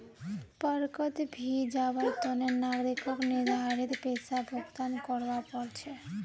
पार्कोंत भी जवार तने नागरिकक निर्धारित पैसा भुक्तान करवा पड़ छे